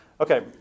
Okay